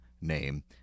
name